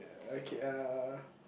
uh okay uh